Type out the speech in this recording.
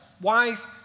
wife